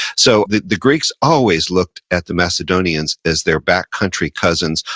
so, the the greeks always looked at the macedonians as their back country cousins,